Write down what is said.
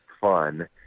fun